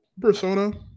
Persona